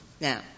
now